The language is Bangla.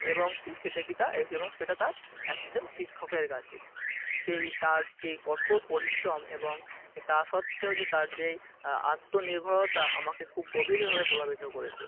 এবং কী সেটা কী তা এ এবং সেটা তার একটা শিক্ষকের কাছে সেই তার যে কঠোর পরিশ্রম এবং তা সত্ত্বেও যে তার যেই আত্মনির্ভরতা আমাকে খুব গভীরেভাবে প্রভাবিত করেছে